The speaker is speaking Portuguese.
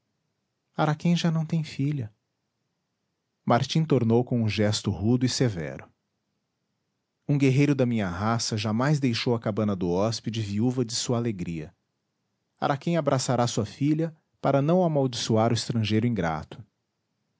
espera araquém já não tem filha martim tornou com um gesto rudo e severo um guerreiro da minha raça jamais deixou a cabana do hóspede viúva de sua alegria araquém abraçará sua filha para não amaldiçoar o estrangeiro ingrato